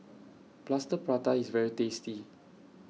Plaster Prata IS very tasty